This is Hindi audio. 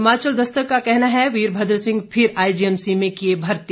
हिमाचल दस्तक का कहना है वीरभद्र सिंह फिर आईजीएमसी में किए भर्ती